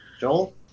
Joel